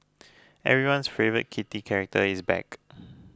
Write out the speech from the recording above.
everyone's favourite kitty character is back